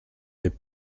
des